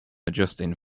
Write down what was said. adjusting